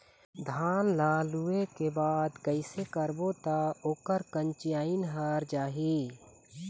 धान ला लुए के बाद कइसे करबो त ओकर कंचीयायिन हर जाही?